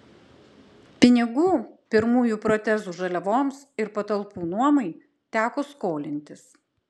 pinigų pirmųjų protezų žaliavoms ir patalpų nuomai teko skolintis